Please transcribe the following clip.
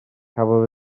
cafodd